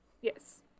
Yes